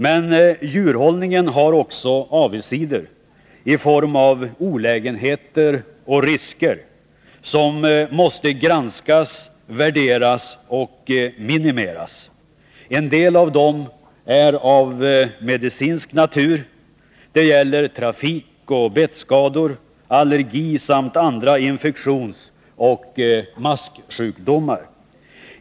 Men djurhållningen har också avigsidor i form av olägenheter och risker, som måste granskas, värderas och minimeras. En del av dem är av medicinsk natur: trafikoch bettskador, allergi samt infektionsoch masksjukdomar.